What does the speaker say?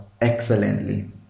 excellently